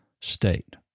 state